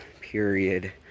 period